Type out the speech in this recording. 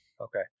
Okay